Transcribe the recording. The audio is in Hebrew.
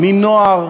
מנוער,